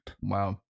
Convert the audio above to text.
wow